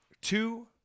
Two